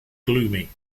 gloomy